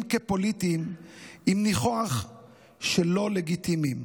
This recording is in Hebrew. כפוליטיים עם ניחוח של לא לגיטימיים.